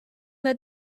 led